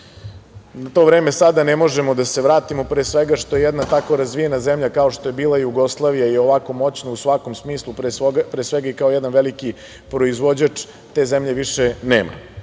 U to vreme sada ne možemo da se vratimo, pre svega što jedna tako razvijena zemlja kao što je bila Jugoslavija i ovako moćna u svakom smislu, pre svega kao jedan veliki proizvođač, te zemlje više nema. Ali,